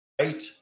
Right